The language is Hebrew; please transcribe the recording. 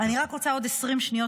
אני רק רוצה עוד 20 שניות,